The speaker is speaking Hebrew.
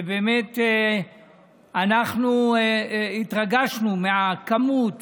ובאמת אנחנו התרגשנו מהכמות,